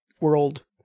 world